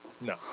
No